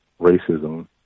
racism